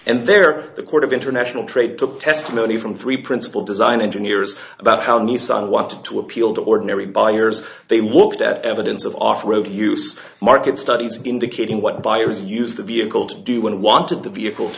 and there the court of international trade took testimony from three principal design engineers about how decide what to appeal to ordinary buyers they walked at evidence of off road use market studies indicating what buyers use the vehicle to do when wanted the vehicle